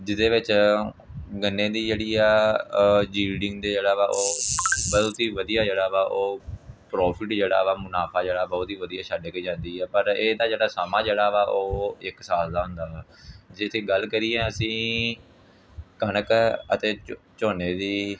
ਜਿਹਦੇ ਵਿੱਚ ਗੰਨੇ ਦੀ ਜਿਹੜੀ ਆ ਯੀਲਡਿੰਗ ਦੇ ਜਿਹੜਾ ਵਾ ਉਹ ਬਹੁਤ ਹੀ ਵਧੀਆ ਜਿਹੜਾ ਵਾ ਉਹ ਪ੍ਰੋਫਿਟ ਜਿਹੜਾ ਵਾ ਮੁਨਾਫਾ ਜਿਹੜਾ ਬਹੁਤ ਹੀ ਵਧੀਆ ਛੱਡ ਕੇ ਜਾਂਦੀ ਆ ਪਰ ਇਹਦਾ ਜਿਹੜਾ ਸਮਾਂ ਜਿਹੜਾ ਵਾ ਉਹ ਇੱਕ ਸਾਲ ਦਾ ਹੁੰਦਾ ਵਾ ਜੇ ਤਾਂ ਗੱਲ ਕਰੀਏ ਅਸੀਂ ਕਣਕ ਅਤੇ ਝ ਝੋਨੇ ਦੀ